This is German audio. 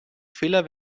fehler